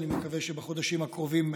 אני מקווה שבחודשים הקרובים מאוד.